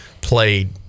played